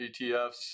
ETFs